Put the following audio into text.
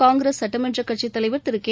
காங்கிரஸ் சட்டமன்ற கட்சித் தலைவர் திரு கே